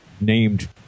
named